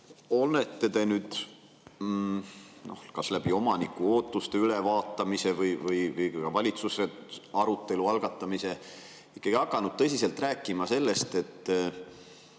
olete te nüüd kas omanike ootuste ülevaatamise või valitsuses arutelu algatamise tõttu hakanud tõsiselt rääkima sellest, et